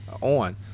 on